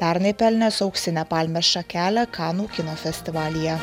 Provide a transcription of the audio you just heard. pernai pelnęs auksinę palmės šakelę kanų kino festivalyje